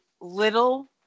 little